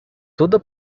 toda